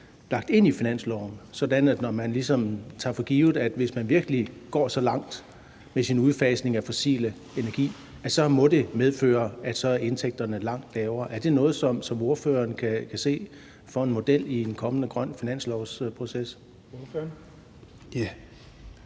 lagt ind i finansloven, sådan at man ligesom tager for givet, at hvis man virkelig går så langt med sin udfasning af fossil energi, må det medføre, at indtægterne er langt lavere. Er det noget, som ordføreren kan se som en model i en kommende grøn finanslovsproces?